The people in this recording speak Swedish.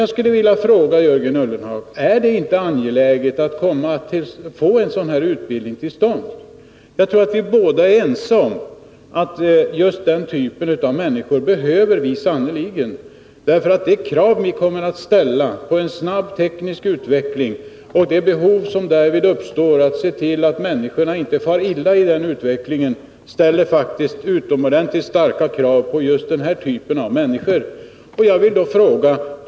Jag skulle vilja fråga Jörgen Ullenhag: Är det inte angeläget att få en sådan här utbildning till stånd? Jag tror att vi båda är ense om att just den typen av människor behöver vi sannerligen. En snabb teknisk utveckling och de behov som därvid uppstår av att se till att människorna inte far illa ställer faktiskt utomordentligt hårda krav på just den här typen människor.